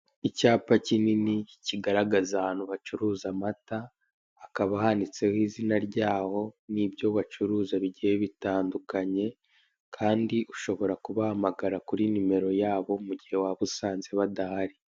Icyapa kinini kigragaza ahantu bacuruza amata hakaba handitseho izina ryaho n'ibyo bacuruza bigiye bitandukanye kandi ushobora kubahamagara kuri nimero yabo mugihe waba usanze badahari.